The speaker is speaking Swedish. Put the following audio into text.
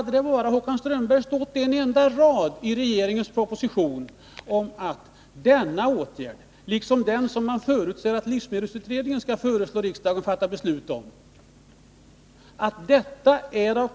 Det kunde, Håkan Strömberg, i regeringens proposition ha stått bara en endarad Förbud under om att denna åtgärd, liksom den som man förutsätter att livsmedelsutredningen skall föreslå riksdagen att fatta beslut om, var av kortsiktig natur.